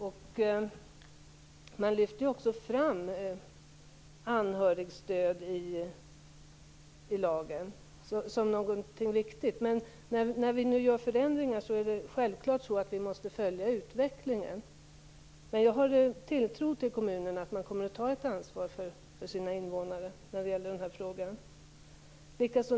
I lagen lyfter man ju också fram anhörigstödet som någonting viktigt. När vi genomför förändringar måste vi självfallet följa utvecklingen. Jag har en tilltro till att kommunerna kommer att ta ansvar för sina invånare i det här avseendet.